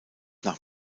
nach